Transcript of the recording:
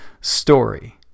story